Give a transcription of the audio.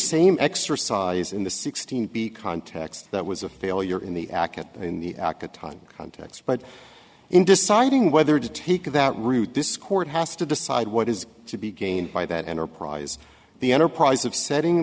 same exercise in the sixteen b context that was a failure in the aca in the aca time context but in deciding whether to take that route this court has to decide what is to be gained by that enterprise the enterprise of setting